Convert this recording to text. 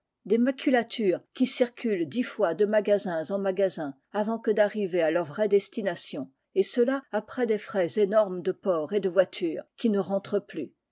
des maculatures qui circulent dix fois de magasins en magasins avant que d'arriver à leur vraie destination et cela après des frais énormes de port et de voiture qui ne rentrent plus